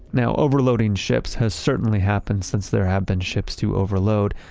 now overloading ships has certainly happened since there have been ships to overload,